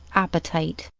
appetite.